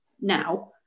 now